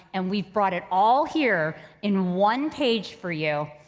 and we've brought it all here in one page for you.